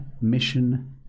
mission